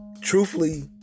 Truthfully